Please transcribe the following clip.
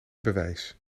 bewijs